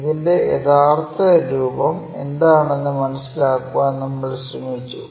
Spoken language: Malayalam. ഇതിന്റെ യഥാർത്ഥ രൂപം എന്താണെന്ന് മനസിലാക്കാൻ നമ്മൾ ശ്രമിച്ചു